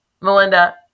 Melinda